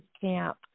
camp